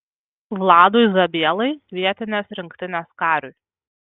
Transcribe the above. vladui zabielai vietinės rinktinės kariui